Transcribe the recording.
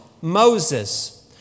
Moses